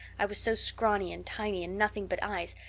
i was so scrawny and tiny and nothing but eyes,